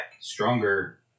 stronger